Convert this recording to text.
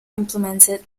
implemented